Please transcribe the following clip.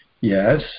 yes